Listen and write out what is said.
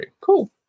Cool